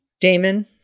Damon